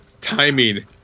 Timing